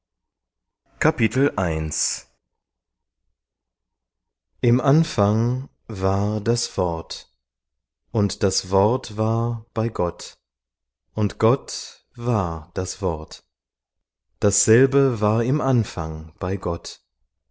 im anfang war das wort und das wort war bei gott und gott war das wort dasselbe war im anfang bei gott